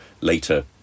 later